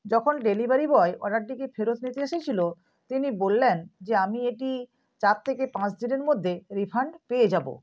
যখন delivery boy অর্ডারটিকে ফেরত নিতে এসেছিল তিনি বললেন যে আমি এটি চার থেকে পাঁচ দিনের মধ্যে রিফান্ড পেয়ে যাব